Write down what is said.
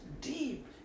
deep